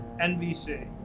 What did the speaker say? NBC